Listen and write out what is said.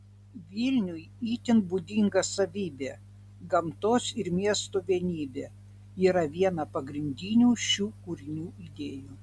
vilniui itin būdinga savybė gamtos ir miesto vienybė yra viena pagrindinių šių kūrinių idėjų